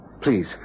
Please